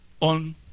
on